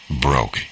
broke